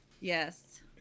yes